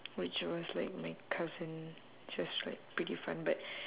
which was like my cousin which was like pretty fun but